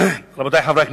רבותי חברי הכנסת,